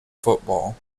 football